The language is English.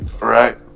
right